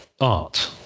art